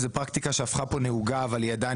פרקטיקה שהפכה כאן נהוגה אבל בעיניי היא עדיין